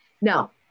Now